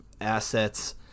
assets